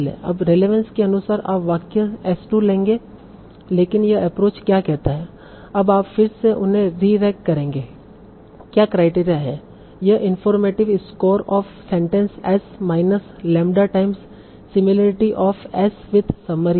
अब रेलेवंस के अनुसार आप वाक्य S 2 लेंगे लेकिन यह एप्रोच क्या कहता है अब आप फिर से उन्हें रीरैंक करेंगे क्या क्राइटेरिया है यह informative score of sentence S minus lambda times similarity of S with summary होगा